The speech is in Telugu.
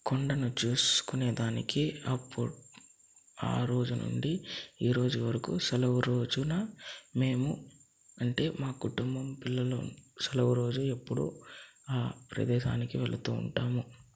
కొండను చూసుకునే దానికి ఆ పుట్ ఆ రోజు నుండి ఈ రోజు వరకు సెలవు రోజున మేము అంటే మా కుటుంబం పిల్లలు సెలవు రోజు ఎప్పుడు ఆ ప్రదేశానికి వెళుతూ ఉంటాము